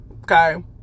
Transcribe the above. okay